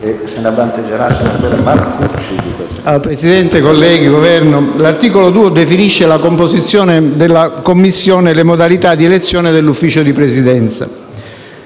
Presidente, colleghi, Governo, l'articolo 2 definisce la composizione della Commissione e le modalità di elezione dell'Ufficio di Presidenza.